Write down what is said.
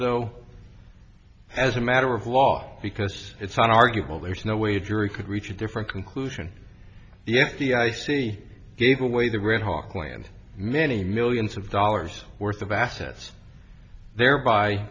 though as a matter of law because it's an arguable there's no way a jury could reach a different conclusion yet the i c gave away the redhawk land many millions of dollars worth of assets thereby